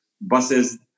buses